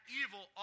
evil